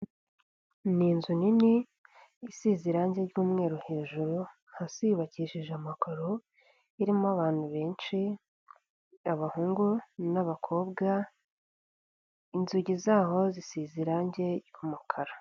Ni inzu nini isize irangi ry'umweru hejuru, hasi yubakishije amakoro, irimo abantu benshi abahungu n'abakobwa, inzugi zaho zisize irangi ry'mukara.